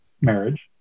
marriage